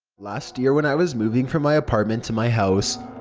last year when i was moving from my apartment to my house,